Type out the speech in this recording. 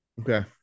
Okay